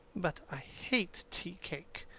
but i hate tea-cake.